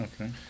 Okay